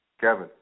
Kevin